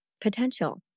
potential